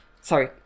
Sorry